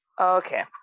Okay